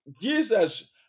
Jesus